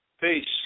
Peace